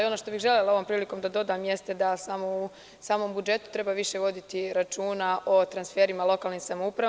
Ono što bih želela ovom prilikom da dodam jeste da u samom budžetu treba više voditi računa o transferima lokalnim samoupravama.